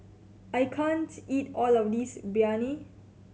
I can't eat all of this Biryani